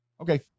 okay